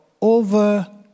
over